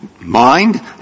mind